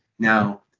Now